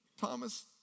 Thomas